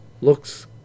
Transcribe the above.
Looks